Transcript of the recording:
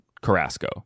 Carrasco